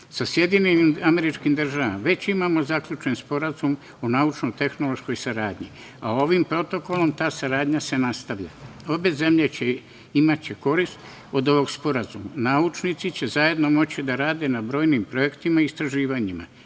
i Mihaila Pupina. Sa SAD već imamo zaključen sporazum o naučno-tehnološkoj saradnji, a ovim protokolom ta saradnja se nastavlja. Obe zemlje će imati korist od ovog sporazuma. Naučnici će zajedno moći da rade na brojnim projektima i istraživanjima.